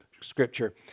Scripture